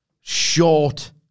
Short